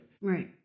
Right